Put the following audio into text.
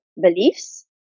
beliefs